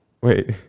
wait